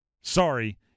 sorry